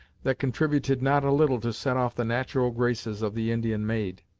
that contributed not a little to set off the natural graces of the indian maid.